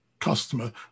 customer